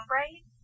right